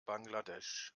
bangladesch